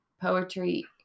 poetry